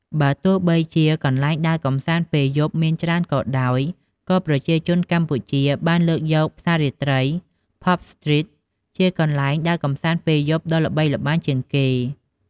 បើទោះបីជាកន្លែងដើរកម្សាន្តពេលយប់មានច្រើនក៏ដោយ ក៏ប្រជាជនកម្ពុជាបានលើកយកផ្សាររាត្រី "ផាប់ស្ទ្រីត" (Pub Street) ជាកន្លែងដើរកម្សាន្តពេលយប់ដ៏ល្បីល្បាញជាងគេ។